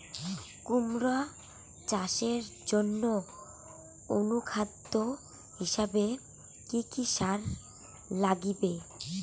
কুমড়া চাষের জইন্যে অনুখাদ্য হিসাবে কি কি সার লাগিবে?